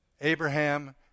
Abraham